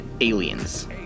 aliens